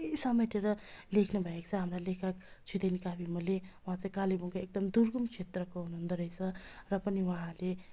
सबै समेटेर लेख्नु भएको छ हाम्रा लेखक छुदेन काविमोले उहाँ चाहिँ कालेबुङको एकदम दुर्गम क्षेत्रको हुनु हुँदो रहेछ र पनि उहाँले